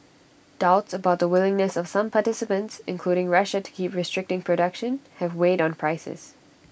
doubts about the willingness of some participants including Russia to keep restricting production have weighed on prices